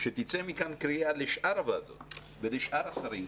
שתצא מכאן קריאה לשאר הוועדות ולשאר השרים,